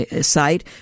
site